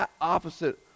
opposite